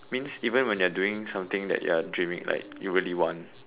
means even when you are doing something that you are dreaming like you really want